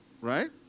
Right